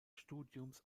studiums